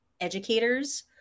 educators